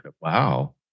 Wow